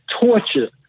torture